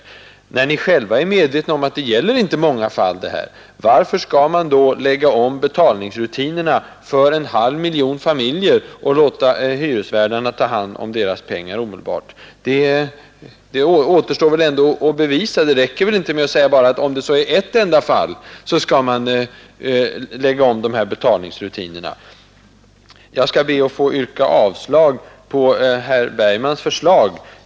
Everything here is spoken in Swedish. Varför menar ni, när ni själva är medvetna om att det inte gäller särskilt många fall, att betalningsrutinerna skall läggas om för en halv miljon familjer och att hyresvärdarna direkt skall få ta hand om deras pengar? Det återstår väl något att bevisa i detta sammanhang. Det räcker väl inte med att säga att betalningsrutinerna skall läggas om, om det så bara är fråga om ett enda fall. Jag skall be att få yrka avslag på herr Bergmans förslag.